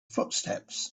footsteps